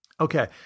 Okay